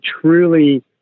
truly